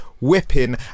whipping